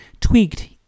tweaked